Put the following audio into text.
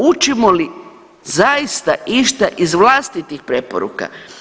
Učimo li zaista išta iz vlastitih preporuka?